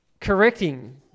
correcting